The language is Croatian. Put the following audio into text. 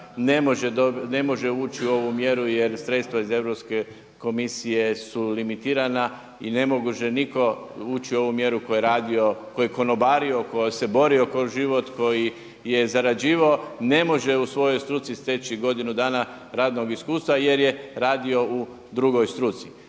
ne može ući u ovu mjeru jer sredstva iz Europske komisije su limitirana i ne može nitko ući u ovu mjeru tko je rado, ko je konobario, ko se borio kroz život, koji je zarađivao ne može u svojoj struci steći godinu dana radnog iskustva jer je radio u drugoj struci.